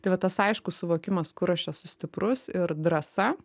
tai va tas aiškus suvokimas kur aš esu stiprus ir drąsa